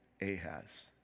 Ahaz